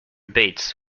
bates